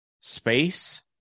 space